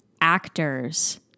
actors